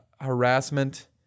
harassment